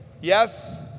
Yes